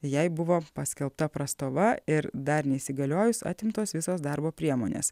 jai buvo paskelbta prastova ir dar neįsigaliojus atimtos visos darbo priemonės